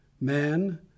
man